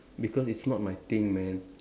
because it's not my thing man